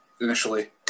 initially